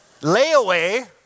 Layaway